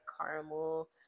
caramel